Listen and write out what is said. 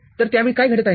तर त्या वेळी काय घडत आहे